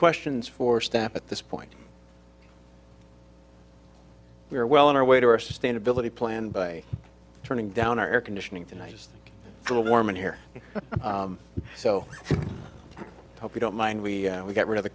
questions for staff at this point we're well on our way to our sustainability plan by turning down our air conditioning tonight just to warm in here so i hope you don't mind we we got rid of the